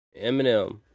Eminem